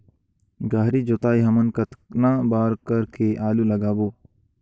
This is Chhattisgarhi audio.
गहरी जोताई हमन कतना बार कर के आलू लगाबो?